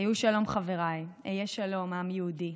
היו שלום, חבריי, היה שלום, עם יהודי,